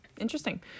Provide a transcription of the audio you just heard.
interesting